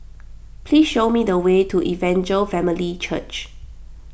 please show me the way to Evangel Family Church